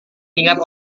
ingat